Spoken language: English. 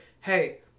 hey